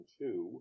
two